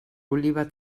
oliva